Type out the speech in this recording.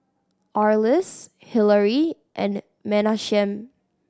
Arlis Hillary and Menachem